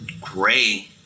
gray